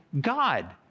God